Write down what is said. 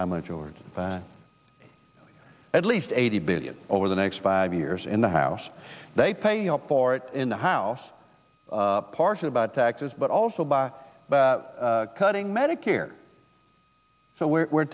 how much or at least eighty billion over the next five years in the house they pay for it in the house partially about taxes but also by cutting medicare we're